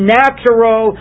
natural